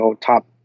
top